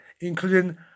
including